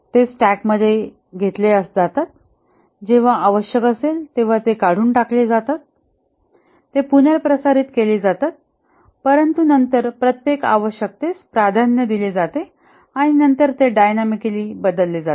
ते स्टॅकमध्ये घातले जातात जेव्हा आवश्यक असेल तेव्हा ते काढून टाकले जातात ते पुनर्प्रसारित केले जातात परंतु नंतर प्रत्येक आवश्यकतेस प्राधान्य दिले जाते आणि नंतर ते डायनॅमिकली बदलले जातात